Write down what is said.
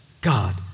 God